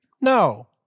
No